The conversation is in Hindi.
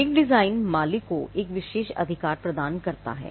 एक डिज़ाइन मालिक को एक विशेष अधिकार प्रदान करता है